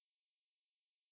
so ya um